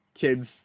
kids